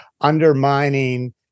undermining